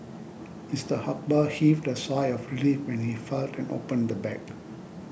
Mister Akbar heaved a sigh of relief when he felt and opened the bag